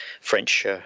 French